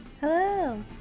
Hello